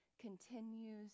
continues